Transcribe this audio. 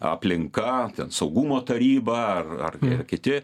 aplinka ten saugumo taryba ar ar kiti